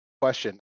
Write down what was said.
Question